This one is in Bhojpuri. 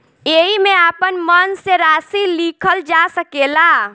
एईमे आपन मन से राशि लिखल जा सकेला